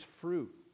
fruit